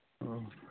ꯑ